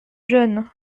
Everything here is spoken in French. jeûnent